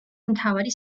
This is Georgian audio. მთავარი